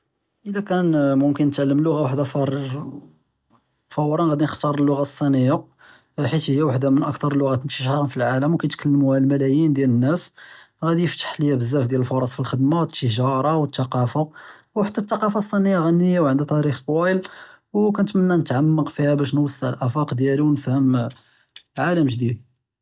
אלא כאן מומכן נתעלם לוג׳ה וחדה פוררר פוֹרא ראדי נכתאר אללוג׳ה אלסיניה חית היא וחדה מן אכת׳ר אללוג׳את אינתישאראן פי אלעאלם וכיתכּלמוהא אלמליאין דיאל אלנאס, ראדי יפתח ליא בזאף דיאל אלפרץ פי אלח׳דמא, אלתיג׳ארה ואלת׳קאפה, וחתה אלת׳קאפה אלסיניה ע׳ניה וענדהא תאריח׳ טויל, ווכּ נתמנא נתעמק פיהא באש נוסע אלאפאק דיאלי ונפהמ עאלם ג׳דיד.